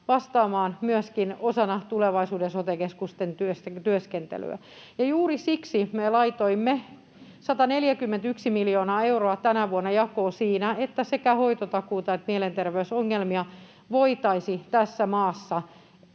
vastaamaan myöskin osana tulevaisuuden sote-keskusten työskentelyä. Juuri siksi me laitoimme 141 miljoonaa euroa tänä vuonna jakoon siihen, että sekä hoitotakuuta että mielenterveysongelmia voitaisiin tässä maassa